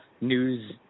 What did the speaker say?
news